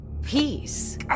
Peace